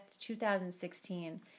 2016